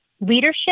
leadership